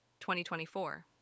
2024